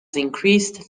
increased